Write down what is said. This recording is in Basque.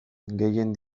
gehien